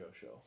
show